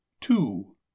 Two